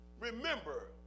Remember